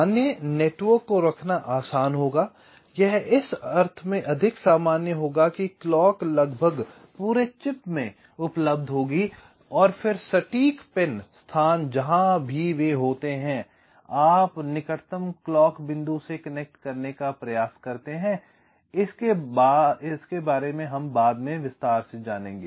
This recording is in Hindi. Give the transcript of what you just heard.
सामान्य नेटवर्क को रखना आसान होगा यह इस अर्थ में अधिक सामान्य होगा कि क्लॉक लगभग पूरे चिप में उपलब्ध होंगी और फिर सटीक पिन स्थान जहां भी वे होते हैं आप निकटतम क्लॉक बिंदु से कनेक्ट करने का प्रयास करते हैं हम बाद में इसके बारे में विस्तार से जानेंगे